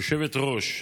היושבת-ראש,